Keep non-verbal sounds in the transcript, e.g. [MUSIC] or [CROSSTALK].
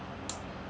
[NOISE]